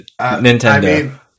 Nintendo